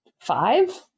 five